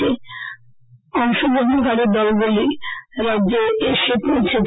গতকাল অংশগ্রহণকরি দলগুলি রাজ্যে এসে পৌঁছেছে